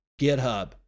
GitHub